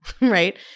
right